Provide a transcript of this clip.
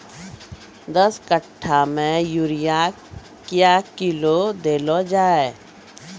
दस कट्ठा मे यूरिया क्या किलो देलो जाय?